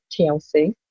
TLC